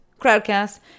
Crowdcast